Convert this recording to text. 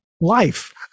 life